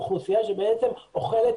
אוכלוסייה שבעצם אוכלת